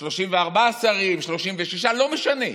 34 שרים, 36, לא משנה.